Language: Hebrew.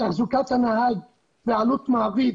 תחזוקת נהג ועלות מעביד